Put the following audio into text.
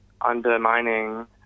undermining